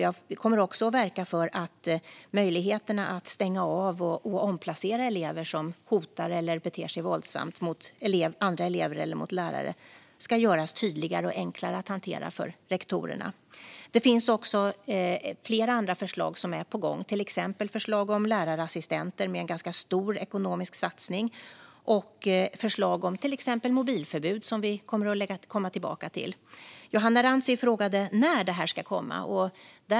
Jag kommer också att verka för att möjligheterna att stänga av och omplacera elever som hotar eller beter sig våldsamt mot andra elever eller lärare ska göras tydligare och enklare att hantera för rektorerna. Det finns också flera andra förslag som är på gång, till exempel förslag på lärarassistenter. Det är en stor ekonomisk satsning. Vidare är det fråga om förslag på mobilförbud. Vi ska komma tillbaka till den frågan. Johanna Rantsi undrade när dessa förslag ska läggas fram.